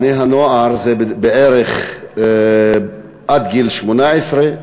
בני-הנוער זה בערך עד גיל 18,